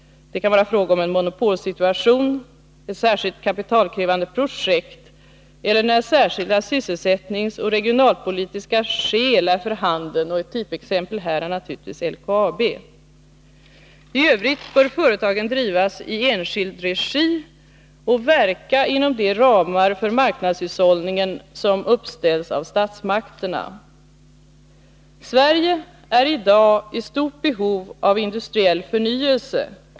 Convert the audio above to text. Det kan vara fråga om en monopolsituation eller ett särskilt kapitalkrävande projekt eller när särskilda sysselsättningsoch regionalpolitiska skäl är för handen. Ett typexempel här är naturligtvis LKAB. I övrigt bör företagen drivas i enskild regi och verka inom de ramar för marknadshushållningen som uppställs av statsmakterna. Sverige är i dag i stort behov av industriell förnyelse.